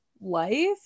life